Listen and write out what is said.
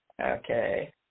Okay